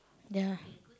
ya